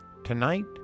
Tonight